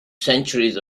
centuries